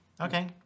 Okay